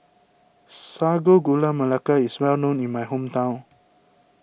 Sago Gula Melaka is well known in my hometown